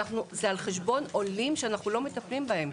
זה על חשבון עולים שאנחנו לא מטפלים בהם.